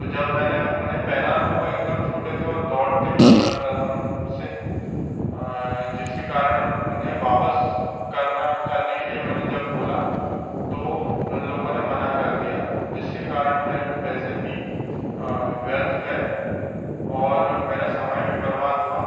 जब मैंने उन्हें पहना तो वो एकदम छोटे थे और दौड़ते भी नहीं बनता था उनसे जिसके कारण उन्हें वापस करना करने के लिये मैंने जब बोला तो उन लोगों ने मना कर दिया जिसके कारण मेरे पैसे भी व्यर्थ गए और मेरा समय भी बर्बाद हुआ